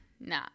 nah